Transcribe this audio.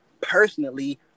personally